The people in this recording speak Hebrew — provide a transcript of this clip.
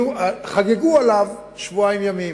חגגו עליו שבועיים ימים.